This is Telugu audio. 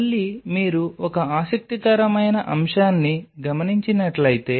మళ్ళీ మీరు ఒక ఆసక్తికరమైన అంశాన్ని గమనించినట్లయితే